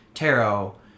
Tarot